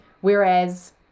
whereas